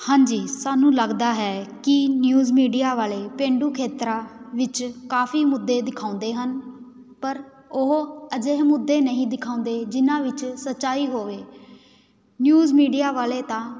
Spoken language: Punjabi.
ਹਾਂਜੀ ਸਾਨੂੰ ਲੱਗਦਾ ਹੈ ਕਿ ਨਿਊਜ਼ ਮੀਡੀਆ ਵਾਲੇ ਪੇਂਡੂ ਖੇਤਰਾਂ ਵਿੱਚ ਕਾਫੀ ਮੁੱਦੇ ਦਿਖਾਉਂਦੇ ਹਨ ਪਰ ਉਹ ਅਜਿਹੇ ਮੁੱਦੇ ਨਹੀਂ ਦਿਖਾਉਂਦੇ ਜਿਨ੍ਹਾਂ ਵਿੱਚ ਸੱਚਾਈ ਹੋਵੇ ਨਿਊਜ਼ ਮੀਡੀਆ ਵਾਲੇ ਤਾਂ